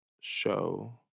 show